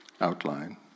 outline